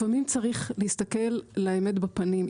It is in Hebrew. לפעמים צריך להסתכל לאמת בפנים.